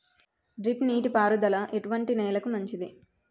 Drip నీటి పారుదల ఎటువంటి నెలలకు మంచిది?